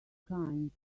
kind